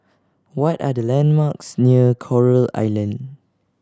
what are the landmarks near Coral Island